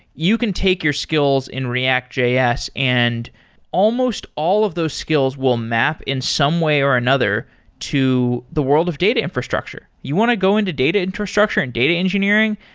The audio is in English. you can take your skills in react js and almost all of those skills will map in some way or another to the world of data infrastructure. you want to go into data infrastructure and data engineering.